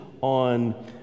on